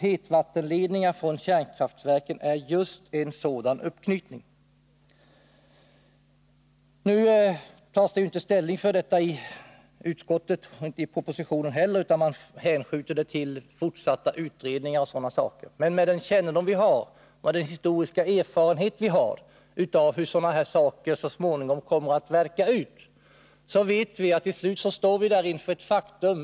Hetvattenledningarna från kärnkraftverken är just sådana uppknytningar. Varken i utskottets betänkande eller i propositionen tar man ställning till den här frågan utan hänskjuter den till utredningar och liknande. Men med den kännedom som vi av historisk erfarenhet har av hur sådana här saker handläggs vet vi att vi då till sist står inför ett faktum.